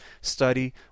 study